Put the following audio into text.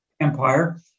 empire